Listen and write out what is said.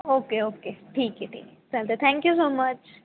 okay okay ठीक आहे ठीक आहे चालतं थँक्यू सो मच